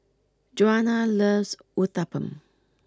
Djuana loves Uthapam